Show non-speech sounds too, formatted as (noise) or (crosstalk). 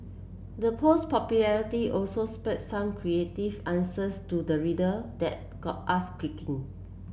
the post popularity also spawned some creative answers to the riddle that got us (unintelligible)